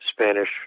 Spanish